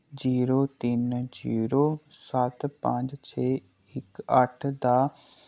zero तिन्न zero सत्त पंज छे इक अट्ठ दा